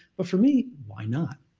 but for me, why not?